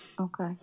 Okay